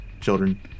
children